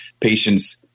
patients